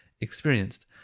experienced